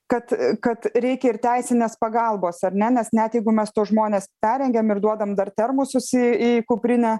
kad kad reikia ir teisinės pagalbos ar ne nes net jeigu mes tuos žmones perrengiam ir duodam dar termosus į į kuprinę